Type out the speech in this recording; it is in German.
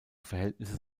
verhältnisse